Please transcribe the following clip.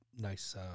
nice